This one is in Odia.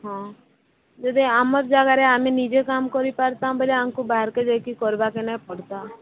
ହଁ ଯଦି ଆମର ଜାଗାରେ ଆମେ ନିଜେ କାମ କରି ପାର୍ତା ବେଲେ ଆମ୍କୁ ବାହାରକୁ ଯାଇ କରିବାକେ ନା ପଡ଼୍ତା